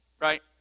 Right